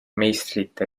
meistrite